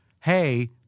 hey